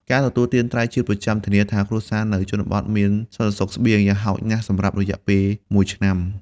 ការទទួលទានត្រីជាប្រចាំធានាថាគ្រួសារនៅជនបទមាន សន្តិសុខស្បៀង យ៉ាងហោចណាស់សម្រាប់រយៈពេលមួយឆ្នាំ។